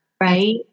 right